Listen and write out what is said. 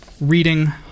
reading